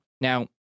Now